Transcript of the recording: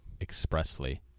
expressly